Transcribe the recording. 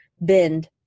bend